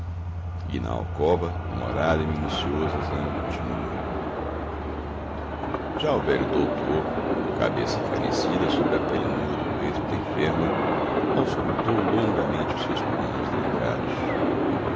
e na alcova demorado e minucioso exame continua já o velho doutor com a cabeça encanecida sobre a pele nua do peito da enferma auscultou longamente os seus pulmões delicados